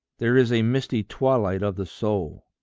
there is a misty twilight of the soul,